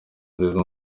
nziza